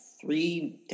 three